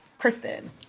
Kristen